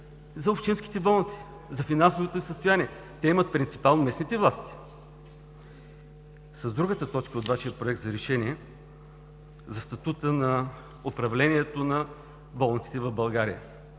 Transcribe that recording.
за общинските болници – за финансовото състояние. Те имат принципал – местните власти. С другата точка от вашия Проект за решение – за статута на управлението на болниците в България.